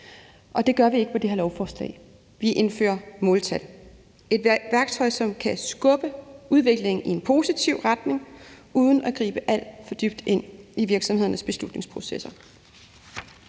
og det gør vi ikke med det her lovforslag – vi indfører måltal. Det er et værktøj, som kan skubbe udviklingen i en positiv retning uden at gribe alt for dybt ind i virksomhedernes beslutningsprocesser.